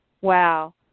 wow